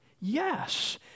Yes